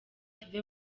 tuve